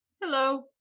Hello